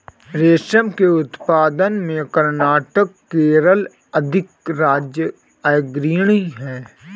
रेशम के उत्पादन में कर्नाटक केरल अधिराज्य अग्रणी है